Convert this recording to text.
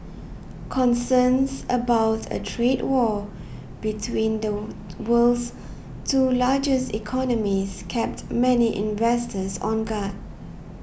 concerns about a trade war between the world's two largest economies kept many investors on guard